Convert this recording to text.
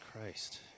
Christ